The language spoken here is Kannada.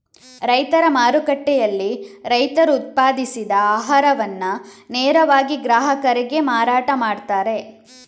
ರೈತರ ಮಾರುಕಟ್ಟೆಯಲ್ಲಿ ರೈತರು ಉತ್ಪಾದಿಸಿದ ಆಹಾರವನ್ನ ನೇರವಾಗಿ ಗ್ರಾಹಕರಿಗೆ ಮಾರಾಟ ಮಾಡ್ತಾರೆ